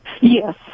Yes